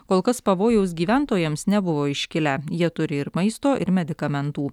kol kas pavojaus gyventojams nebuvo iškilę jie turi ir maisto ir medikamentų